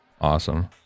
Awesome